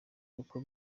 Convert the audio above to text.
uko